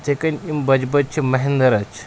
یِتھَے کٔنۍ یِم بَجہِ بَچہِ چھِ مٔہِنٛدرا چھِ